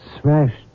smashed